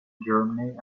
germany